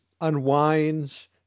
unwinds